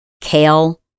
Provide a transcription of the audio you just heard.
kale